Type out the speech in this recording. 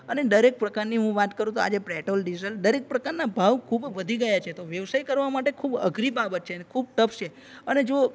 અને દરેક પ્રકારની હું વાત કરું તો આજે પેટ્રોલ ડીઝલ દરેક પ્રકારના ભાવ ખૂબ વધી ગયા છે તો વ્યવસાય કરવા માટે ખુબ અઘરી બાબત છે અને ખુબ ટફ છે અને જો